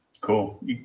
Cool